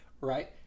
right